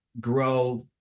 grow